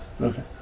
Okay